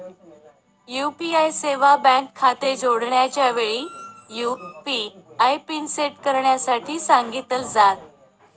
UPI सेवा bank खाते जोडण्याच्या वेळी, यु.पी.आय पिन सेट करण्यासाठी सांगितल जात